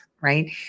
right